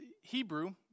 Hebrew